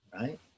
Right